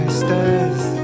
stairs